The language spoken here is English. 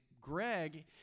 Greg